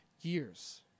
years